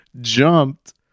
jumped